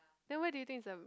then where do you think is a